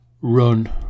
run